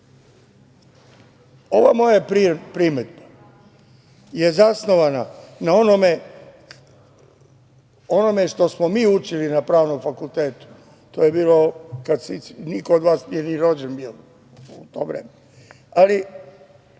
moja primedba je zasnovana na onome što smo mi učili na Pravnom fakultetu, to je bilo kad niko od vas nije ni rođen bio u to vreme, ali